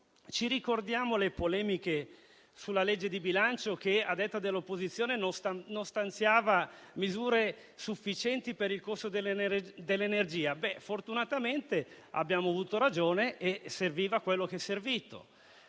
Ci ricordiamo le polemiche sulla legge di bilancio, che a detta dell'opposizione non stanziava misure sufficienti per il costo dell'energia? Ebbene, fortunatamente abbiamo avuto ragione e serviva quello che è servito.